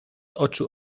oczu